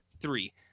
three